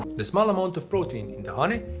the small amount of protein in the honey,